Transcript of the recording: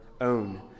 own